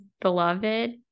beloved